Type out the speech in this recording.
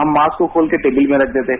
हम मास्क को खोलकर टेबल पर रख देते हैं